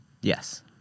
Yes